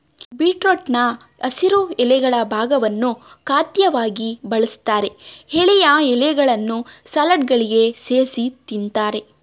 ಬೀಟ್ರೂಟ್ನ ಹಸಿರು ಎಲೆಗಳ ಭಾಗವನ್ನು ಖಾದ್ಯವಾಗಿ ಬಳಸ್ತಾರೆ ಎಳೆಯ ಎಲೆಗಳನ್ನು ಸಲಾಡ್ಗಳಿಗೆ ಸೇರ್ಸಿ ತಿಂತಾರೆ